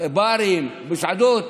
ברים, מסעדות.